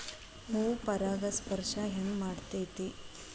ಹೂ ಪರಾಗಸ್ಪರ್ಶ ಹೆಂಗ್ ಮಾಡ್ತೆತಿ?